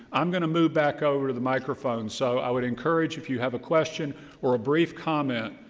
i'm going to move back over to the microphones. so i would encourage if you have a question or a brief comment,